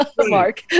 Mark